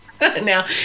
Now